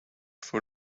for